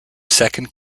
second